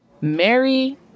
Mary